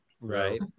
Right